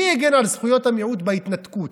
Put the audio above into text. מי הגן על זכויות המיעוט בהתנתקות?